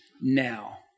now